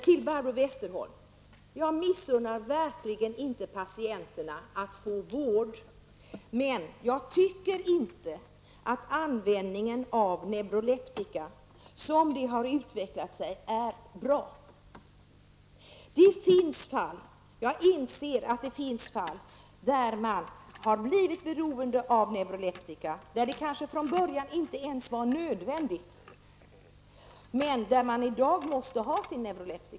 Till Barbro Westerholm: Jag missunnar verkligen inte patienterna att få vård. Men jag tycker inte att användningen av neuroleptika, som det har utvecklat sig, är bra. Jag inser att det finns fall där man har blivit beroende av neuroleptika och där det kanske från början inte ens var nödvändigt att använda dem, men där man i dag måste ha dem.